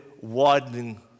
widening